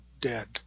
Dead